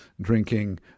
drinking